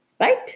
Right